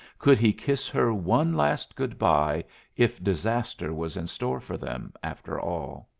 could he kiss her one last good-by if disaster was in store for them after all?